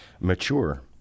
mature